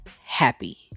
happy